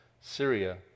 Syria